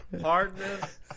hardness